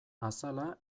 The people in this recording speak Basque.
azala